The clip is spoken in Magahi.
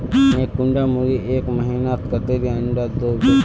एक कुंडा मुर्गी एक महीनात कतेरी अंडा दो होबे?